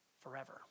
forever